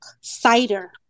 cider